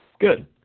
good